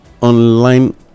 online